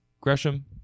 Gresham